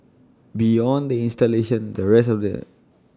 beyond the installation the rest of the